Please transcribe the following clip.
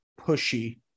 pushy